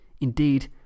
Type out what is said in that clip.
Indeed